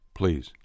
please